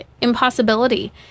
impossibility